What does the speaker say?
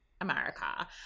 America